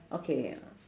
okay